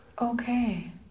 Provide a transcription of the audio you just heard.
Okay